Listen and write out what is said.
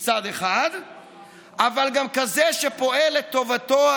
אם יש רשימה אחת בכנסת שלא חוששת מבחירות זו הרשימה